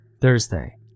Thursday